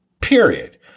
Period